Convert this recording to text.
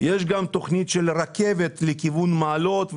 אני יודע שיש גם תכנית רכבת לכיוון מעלות,